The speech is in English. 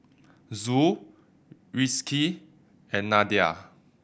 Zul Rizqi and Nadia